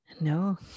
No